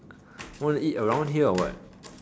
want to eat around here or what